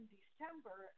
December